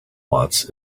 wants